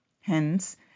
Hence